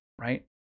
Right